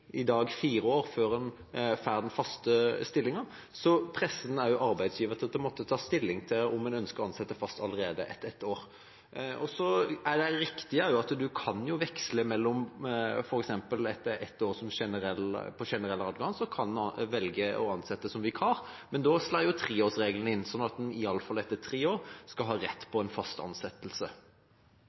i dag fire – år før en får den faste stillingen, presser en arbeidsgiver til å måtte ta stilling til om en ønsker å ansette fast allerede etter ett år. Det er riktig at man kan veksle. For eksempel etter ett år på generell adgang kan man velge å ansette som vikar, men da slår treårsregelen inn, sånn at man i alle fall etter tre år skal ha rett på en fast ansettelse.